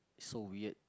so weird